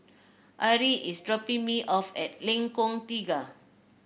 Arie is dropping me off at Lengkong Tiga